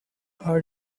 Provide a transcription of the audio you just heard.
are